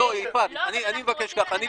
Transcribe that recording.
אני מבקש ככה --- גם על חדרי כושר.